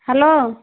hello